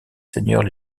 seigneurs